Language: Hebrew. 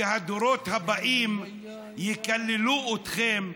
והדורות הבאים יקללו אתכם,